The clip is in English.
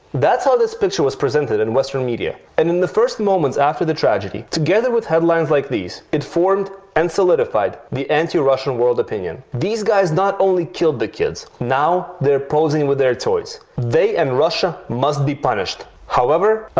that's how this picture was presented in western media, and in the first moments after the tragedy, together with headlines like these, it formed and solidified the anti-russian world opinion. these guys not only killed the kids, now they are posing with their toys! they and russia must be punished, however,